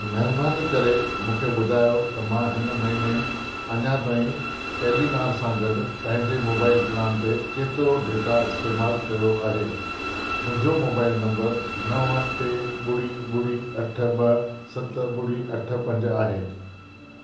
महिरबानी करे मूंखे ॿुधायो त मां हिन महीने अञा ताईं टेलीनॉर सां गॾु पंहिंजे मोबाइल प्लान ते केतिरो डेटा इस्तेमालु कयो आहे मुंहिंजो मोबाइल नंबर नव टे ॿुड़ी ॿुड़ी अठ ॿ सत ॿुड़ी अठ पंज आहे